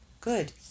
Good